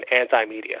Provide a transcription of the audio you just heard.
anti-media